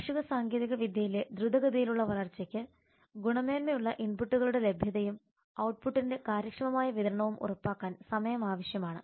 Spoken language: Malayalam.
കാർഷിക സാങ്കേതികവിദ്യയിലെ ദ്രുതഗതിയിലുള്ള വളർച്ചയ്ക്ക് ഗുണമേന്മയുള്ള ഇൻപുട്ടുകളുടെ ലഭ്യതയും ഔട്ട്പുട്ടിന്റെ കാര്യക്ഷമമായ വിതരണവും ഉറപ്പാക്കാൻ സമയം ആവശ്യമാണ്